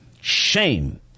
Shame